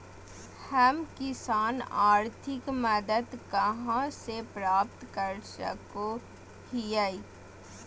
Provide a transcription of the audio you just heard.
हम किसान आर्थिक मदत कहा से प्राप्त कर सको हियय?